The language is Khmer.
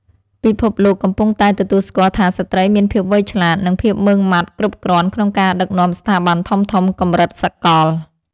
ពិភពលោកកំពុងតែទទួលស្គាល់ថាស្ត្រីមានភាពវៃឆ្លាត និងភាពម៉ឺងម៉ាត់គ្រប់គ្រាន់ក្នុងការដឹកនាំស្ថាប័នធំៗកម្រិតសកល។